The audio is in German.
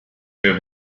für